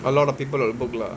a lot of people will book lah